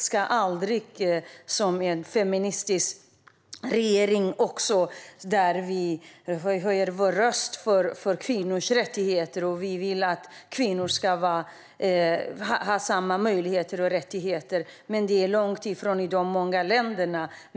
Sveriges feministiska regering höjer rösten för kvinnors rättigheter. Vi vill att kvinnor ska ha samma möjligheter och rättigheter. Men det är långt ifrån så i många länder.